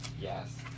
Yes